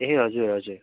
ए हजुर हजुर